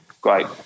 great